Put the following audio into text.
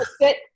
Sit